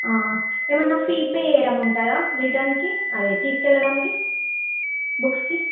ఏమన్నా fee pay చేయడం ఉంటాదా రిటర్న్ కి అదే తీసుకెళ్ళడానికి బుక్స్ కి